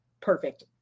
perfect